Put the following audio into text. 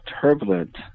turbulent